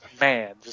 man